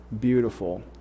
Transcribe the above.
beautiful